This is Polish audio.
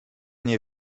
nie